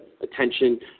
attention